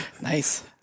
Nice